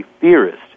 theorist